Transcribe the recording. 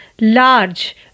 large